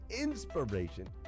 inspiration